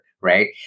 right